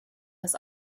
das